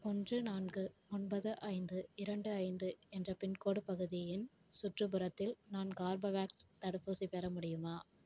ஒன்று நான்கு ஒன்பது ஐந்து இரண்டு ஐந்து என்ற பின்கோடு பகுதியின் சுற்றுப்புறத்தில் நான் கார்பவேக்ஸ் தடுப்பூசி பெற முடியுமா